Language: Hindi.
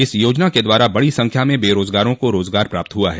इस योजना के द्वारा बड़ी संख्या में बेरोजगारों को रोजगार प्राप्त हुआ है